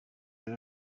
rero